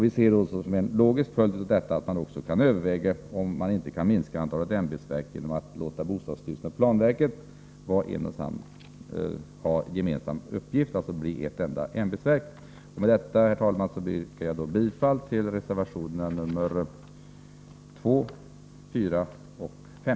Vi ser som en logisk följd av detta att man också borde överväga om man inte skulle kunna minska antalet ämbetsverk genom att låta bostadsstyrelsen och planverket få gemensamma uppgifter, dvs. utgöra ett enda ämbetsverk. Med detta, herr talman, yrkar jag bifall till reservationerna nr 2, 4 och 5.